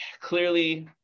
clearly